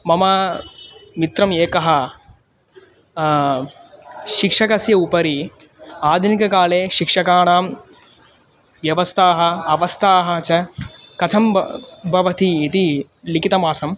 मम मित्रम् एकः शिक्षकस्य उपरि आधुनिककाले शिक्षकाणां व्यवस्थाः अवस्थाः च कथं ब भवति इति लिखितमासम्